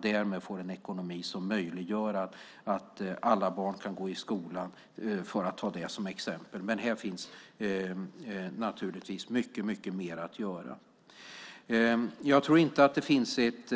Därmed får de en ekonomi som möjliggör att alla barn kan gå i skolan, för att ta det som exempel. Men här finns naturligtvis mycket mer att göra. Jag tror inte att det finns ett